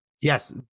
Yes